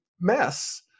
mess